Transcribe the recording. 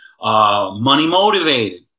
Money-motivated